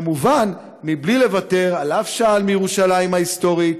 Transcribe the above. כמובן בלי לוותר על אף שעל מירושלים ההיסטורית,